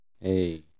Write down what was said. Hey